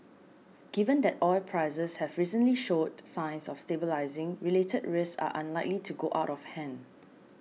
given that oil prices have recently showed signs of stabilising related risks are unlikely to go out of hand